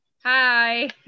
Hi